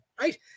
right